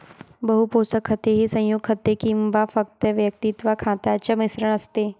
बहु पोषक खते ही संयुग खते किंवा फक्त वैयक्तिक खतांचे मिश्रण असते